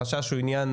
החשש הוא עניין